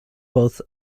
both